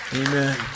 Amen